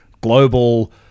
global